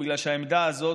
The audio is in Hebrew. בגלל שהעמדה הזאת,